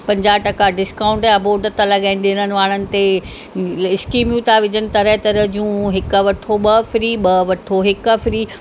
पंजाहु टका डिस्काउंट या बोर्ड था लॻाइनि ॾिणनि वारनि ते स्कीमूं था विझनि तरह तरहि जूं हिकु वठो ॿ फ्री ॿ वठो हिकु फ्री